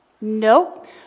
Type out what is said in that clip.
Nope